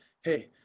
Hey